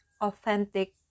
authentic